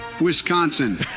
Wisconsin